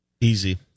Easy